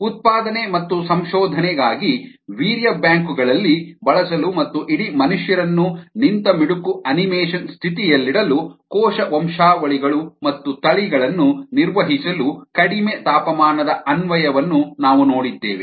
ಉತ್ಪಾದನೆ ಮತ್ತು ಸಂಶೋಧನೆಗಾಗಿ ವೀರ್ಯ ಬ್ಯಾಂಕು ಗಳಲ್ಲಿ ಬಳಸಲು ಮತ್ತು ಇಡೀ ಮನುಷ್ಯರನ್ನು ನಿಂತಮಿಡುಕು ಅನಿಮೇಷನ್ ಸ್ಥಿತಿಯಲ್ಲಿಡಲು ಕೋಶ ವಂಶಾವಳಿಗಳು ಮತ್ತು ತಳಿಗಳನ್ನು ನಿರ್ವಹಿಸಲು ಕಡಿಮೆ ತಾಪಮಾನದ ಅನ್ವಯವನ್ನು ನಾವು ನೋಡಿದ್ದೇವೆ